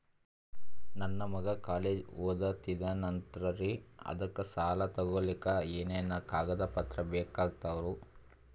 ನನ್ನ ಮಗ ಕಾಲೇಜ್ ಓದತಿನಿಂತಾನ್ರಿ ಅದಕ ಸಾಲಾ ತೊಗೊಲಿಕ ಎನೆನ ಕಾಗದ ಪತ್ರ ಬೇಕಾಗ್ತಾವು?